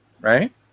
right